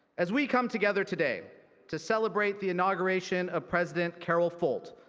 as we come together today to celebrate the inauguration of president carol folt,